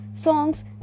songs